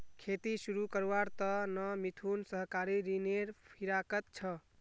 खेती शुरू करवार त न मिथुन सहकारी ऋनेर फिराकत छ